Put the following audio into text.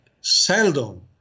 seldom